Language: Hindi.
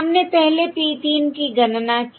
हमने पहले P 3 की गणना की है